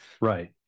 Right